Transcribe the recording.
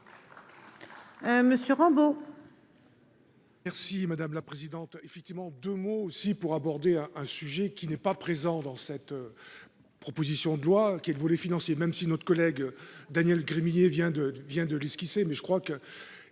monsieur Rambo. Merci madame la présidente, effectivement de mots aussi pour aborder un sujet qui n'est pas présent dans cette. Proposition de loi qui est le volet financier, même si notre collègue Daniel Gremillet vient de vient de l'esquisser mais je crois qu'il